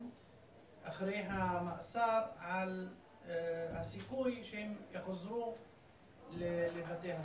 אחרי המאסר על הסיכוי שהם יחזרו לבתי הסוהר.